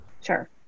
Sure